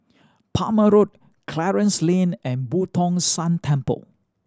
Palmer Road Clarence Lane and Boo Tong San Temple